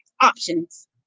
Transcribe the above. options